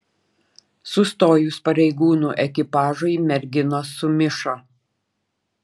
sustojus pareigūnų ekipažui merginos sumišo